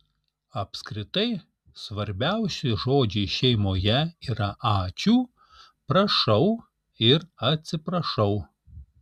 apskritai svarbiausi žodžiai šeimoje yra ačiū prašau ir atsiprašau